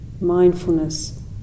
mindfulness